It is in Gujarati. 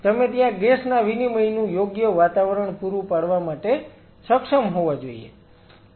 અને તમે ત્યાં ગેસ ના વિનિમયનું યોગ્ય વાતાવરણ પૂરૂ પાડવા માટે સક્ષમ હોવા જોઈએ